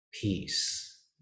peace